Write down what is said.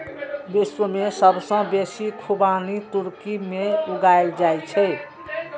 विश्व मे सबसं बेसी खुबानी तुर्की मे उगायल जाए छै